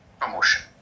Promotion